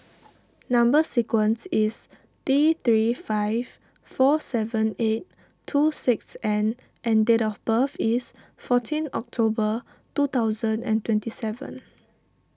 Number Sequence is T three five four seven eight two six N and date of birth is fourteen October two thousand and twenty seven